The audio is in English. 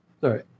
Sorry